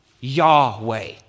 Yahweh